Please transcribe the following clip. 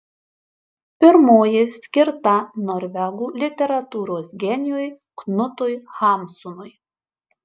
pirmoji skirta norvegų literatūros genijui knutui hamsunui